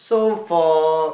so for